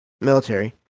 military